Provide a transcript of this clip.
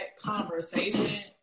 conversation